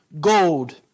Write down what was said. gold